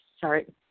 sorry